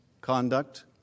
conduct